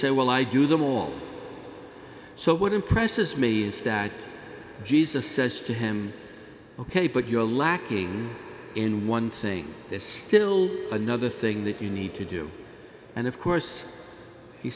say well i do them a lot so what impresses me is that jesus says to him ok but you're lacking in one thing there's still another thing that you need to do and of course he